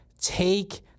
Take